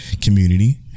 community